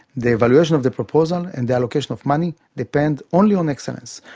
the evaluation of the proposal and the allocation of money depend only on excellence.